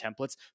templates